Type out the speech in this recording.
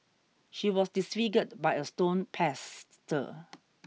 she was disfigured by a stone pestle